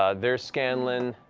ah there's scanlan.